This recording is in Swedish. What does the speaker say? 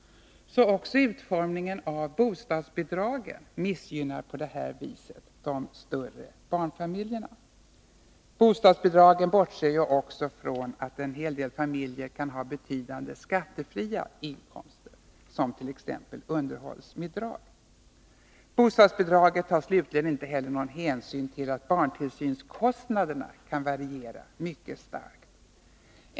Även utformningen av bostadsbidragen missgynnar således på detta sätt de större barnfamiljerna. Bostadsbidragen bortser också från att en hel del familjer kan ha betydande skattefria inkomster, som t.ex. underhållsbidrag. Bostadsbidraget tar slutligen inte heller någon hänsyn till att barntillsynskostnaderna kan variera mycket starkt.